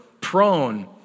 prone